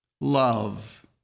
love